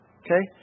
okay